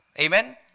Amen